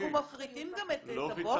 אנחנו מפריטים גם את הבוקר?